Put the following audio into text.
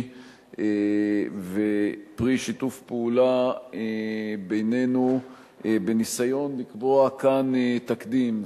ופרי שיתוף פעולה בינינו בניסיון לקבוע כאן תקדים.